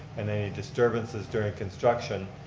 and any disturbances during construction.